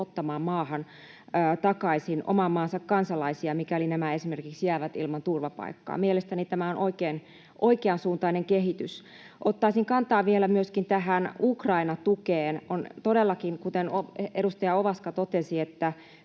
ottamaan maahan takaisin oman maansa kansalaisia, mikäli nämä esimerkiksi jäävät ilman turvapaikkaa. Mielestäni tämä on oikeansuuntainen kehitys. Ottaisin vielä kantaa myöskin tähän Ukraina-tukeen. On todellakin niin, kuten edustaja Ovaska totesi, että